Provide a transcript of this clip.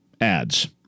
ads